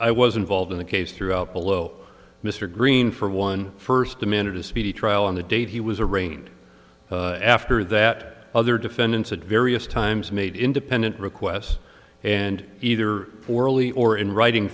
i was involved in the case throughout below mr green for one first demanded a speedy trial on the date he was arraigned after that other defendants at various times made independent requests and either forli or in writing